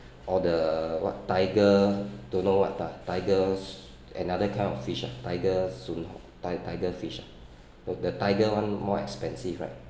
or the what tiger don't know what lah tiger another kind of fish ah tiger soon hock ti~ tiger fish ah the the tiger [one] more expensive right